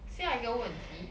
下一个问题